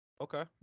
Okay